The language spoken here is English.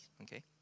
okay